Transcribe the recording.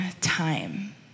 time